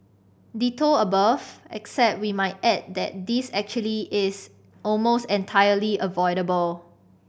ditto above except we might add that this actually is almost entirely avoidable